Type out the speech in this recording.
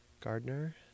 Gardner